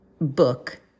book